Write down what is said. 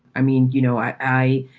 i mean, you know, i i